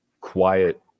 quiet